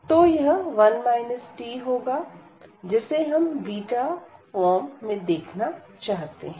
तो यह 1 t होगा जिसे हम बीटा फॉर्म में देखना चाहते हैं